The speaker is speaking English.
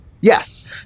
Yes